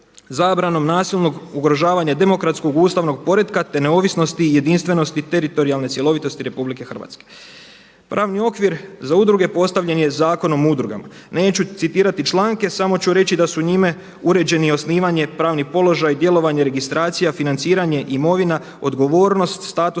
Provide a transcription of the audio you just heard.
zabranom nasilnog ugrožavanja demokratskog ustavnog poretka, te neovisnosti i jedinstvenosti, teritorijalne cjelovitosti Republike Hrvatske. Pravni okvir za udruge postavljen je Zakonom o udrugama. Neću citirati članke. Samo ću reći da su njime uređeni osnivanje, pravni položaj, djelovanje, registracija, financiranje, imovina, odgovornost, statusne